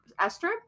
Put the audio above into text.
Esther